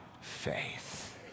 faith